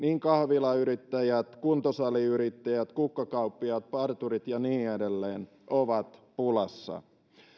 kahvilayrittäjät kuntosaliyrittäjät kukkakauppiaat parturit ja niin edelleen ovat pulassa